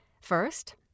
First